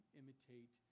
imitate